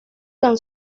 tan